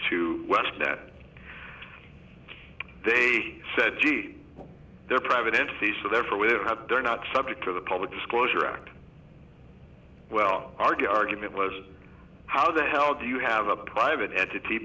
to westnet they said gee they're private entities so therefore we have they're not subject to the public disclosure act well are the argument was how the hell do you have a private entity